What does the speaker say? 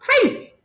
crazy